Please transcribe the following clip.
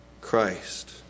Christ